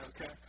okay